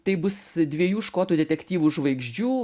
tai bus dviejų škotų detektyvų žvaigždžių